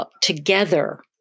together